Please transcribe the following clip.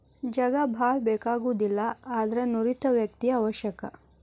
ಜಾಗಾ ಬಾಳ ಬೇಕಾಗುದಿಲ್ಲಾ ಆದರ ನುರಿತ ವ್ಯಕ್ತಿ ಅವಶ್ಯಕ